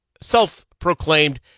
self-proclaimed